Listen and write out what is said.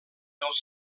dels